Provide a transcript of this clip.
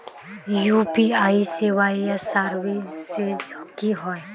UPI सेवाएँ या services की होय?